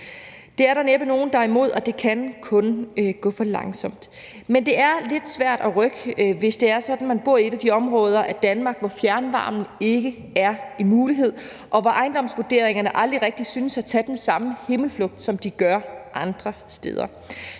Det er der næppe nogen der er imod, og det kan kun gå for langsomt. Men det er lidt svært at rykke på, hvis det er sådan, at man bor i et af de områder af Danmark, hvor fjernvarmen ikke er en mulighed, og hvor ejendomsvurderingerne aldrig rigtig synes at tage den samme himmelflugt, som de gør andre steder.